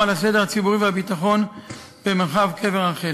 על הסדר הציבורי והביטחון במרחב קבר רחל.